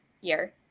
year